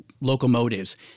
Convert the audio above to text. locomotives